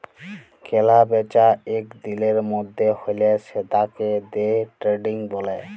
কেলা বেচা এক দিলের মধ্যে হ্যলে সেতাকে দে ট্রেডিং ব্যলে